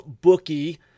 bookie